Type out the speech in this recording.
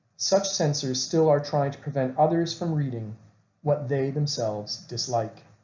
such sensors still are trying to prevent others from reading what they themselves dislike.